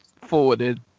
forwarded